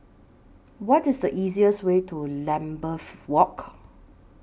What IS easiest Way to Lambeth Walk